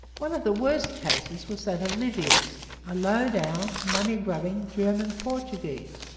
one of the worst cases was that of livius, a low-down, money-grubbing german portuguese,